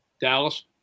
Dallas